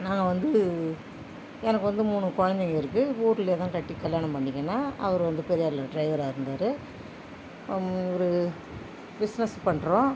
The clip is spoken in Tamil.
நாங்கள் வந்து எனக்கு வந்து மூணு குழந்தைங்கருக்கு ஊரில் தான் கட்டி கல்யாணம் பண்ணிக்கினேன் அவரு வந்து பெரியாரில் டிரைவராருந்தார் ஒரு பிஸ்னஸ் பண்ணுறோம்